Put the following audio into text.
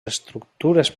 estructures